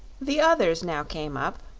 the others now came up,